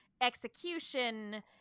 execution